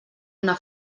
una